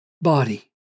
body